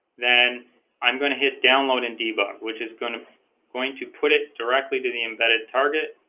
then i'm going to hit download and debug which is going to going to put it directly to the embedded target